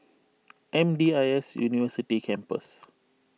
M D I S University Campus